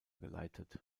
geleitet